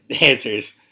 answers